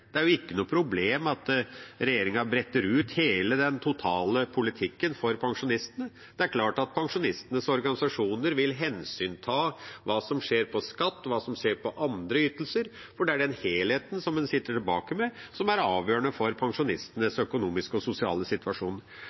det er jo ikke noe problem at regjeringa bretter ut hele den totale politikken for pensjonistene. Det er klart at pensjonistenes organisasjoner vil hensynta det som skjer innenfor skatt, og det som skjer innenfor andre ytelser, for det er den helheten en sitter igjen med, som er avgjørende for pensjonistenes økonomiske og sosiale situasjon.